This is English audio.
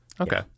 okay